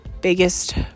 biggest